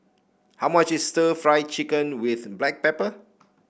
how much is stir Fry Chicken with Black Pepper